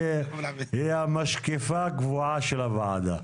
היא המשקיפה הקבועה של הוועדה.